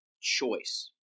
choice